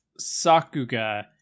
Sakuga